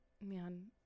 man